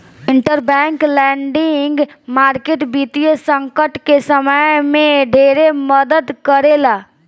interbank lending market वित्तीय संकट के समय में ढेरे मदद करेला